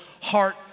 Heart